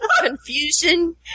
confusion